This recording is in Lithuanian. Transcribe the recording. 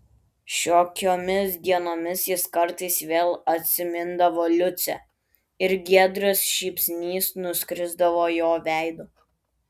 šiokiomis dienomis jis kartais vėl atsimindavo liucę ir giedras šypsnys nuskrisdavo jo veidu